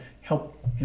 help